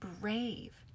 brave